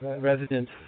resident